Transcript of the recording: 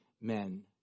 men